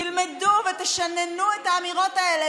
תלמדו ותשננו את האמירות האלה.